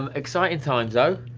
um exciting times, though,